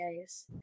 guys